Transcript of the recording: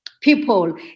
people